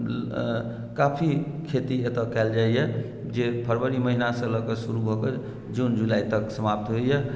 काफी खेती एतय कयल जाइए जे फरवरी महीनासँ लऽ के शुरू भऽ के जून जुलाई तक समाप्त होइए